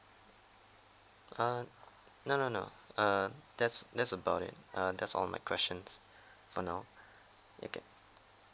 uh no no no err that's that's about it err that's all my questions for now okay